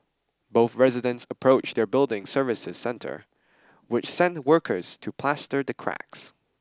both residents approached their building services centre which sent workers to plaster the cracks